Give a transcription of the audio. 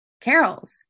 carols